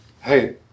hey